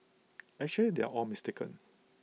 actually they are all mistaken